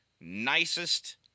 nicest